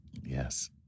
Yes